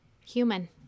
human